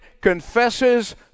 confesses